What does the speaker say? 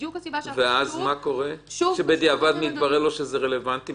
מה הוא עושה כשבדיעבד מתברר לו שזה רלוונטי?